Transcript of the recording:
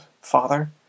Father